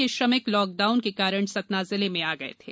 यह श्रमिक lockdown के कारण सतना जिले में आ गए थे